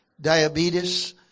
diabetes